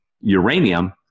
uranium